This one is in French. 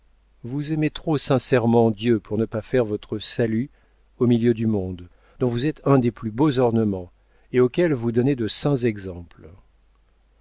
vous aimez trop sincèrement dieu pour ne pas faire votre salut au milieu du monde dont vous êtes un des plus beaux ornements et auquel vous donnez de saints exemples